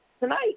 tonight